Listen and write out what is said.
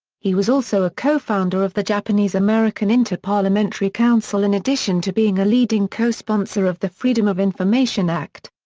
he was also a co-founder of the japanese-american inter-parliamentary council in addition to being a leading cosponsor of the freedom of information act.